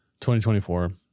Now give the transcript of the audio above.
2024